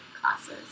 classes